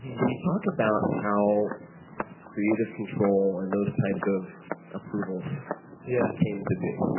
can you talk about how creative control and those types of approvals yeah came to be.